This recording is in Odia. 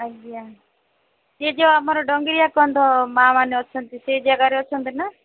ଆଜ୍ଞା ଏ ଯେଉଁ ଆମର ଡଙ୍ଗରିଆ କନ୍ଧ ମାଆମାନେ ଅଛନ୍ତି ସେ ଯାଗାରେ ଅଛନ୍ତିନା